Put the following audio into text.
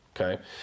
okay